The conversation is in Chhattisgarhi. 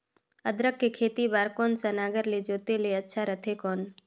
अदरक के खेती बार कोन सा नागर ले जोते ले अच्छा रथे कौन?